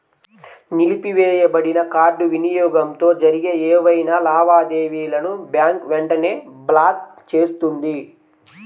నిలిపివేయబడిన కార్డ్ వినియోగంతో జరిగే ఏవైనా లావాదేవీలను బ్యాంక్ వెంటనే బ్లాక్ చేస్తుంది